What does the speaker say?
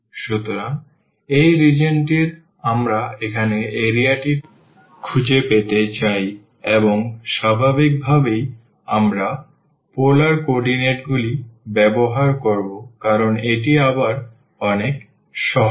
সুতরাং এই রিজিওনটির আমরা এখন এরিয়াটি খুঁজে পেতে চাই এবং স্বাভাবিকভাবেই আমরা পোলার কোঅর্ডিনেটগুলি ব্যবহার করব কারণ এটি আবার অনেক সহজ